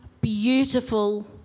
beautiful